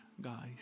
guys